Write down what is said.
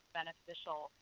beneficial